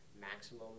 maximum